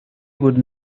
would